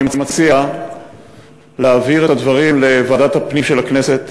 אני מציע להעביר את הדברים לוועדת הפנים של הכנסת.